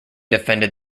defended